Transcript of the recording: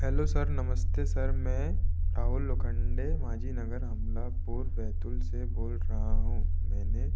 hello sir नमस्ते sir मैं राहुल लोखंडे माझी नगर हमलापुर बैतूल से बोल रहा हूँ मैंने